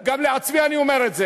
וגם לעצמי אני אומר את זה,